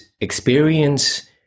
experience